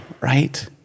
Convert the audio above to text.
Right